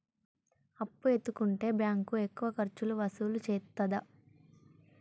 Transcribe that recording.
అప్పు ఎత్తుకుంటే బ్యాంకు ఎక్కువ ఖర్చులు వసూలు చేత్తదా?